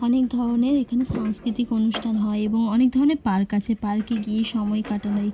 অনেক ধরনের এখানে সাংস্কৃতিক অনুষ্ঠান হয় এবং অনেক ধরনের পার্ক আছে পার্কে গিয়ে সময় কাটানোয়